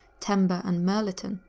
temba and mirliton,